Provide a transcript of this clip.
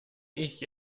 ich